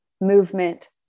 movement